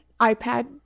iPad